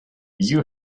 you